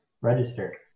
Register